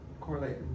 correlate